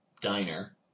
diner